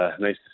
nice